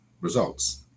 results